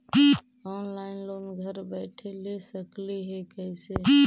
Online loan घर बैठे ले सकली हे, कैसे?